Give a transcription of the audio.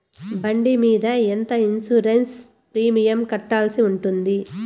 బండి మీద ఎంత ఇన్సూరెన్సు ప్రీమియం కట్టాల్సి ఉంటుంది?